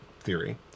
theory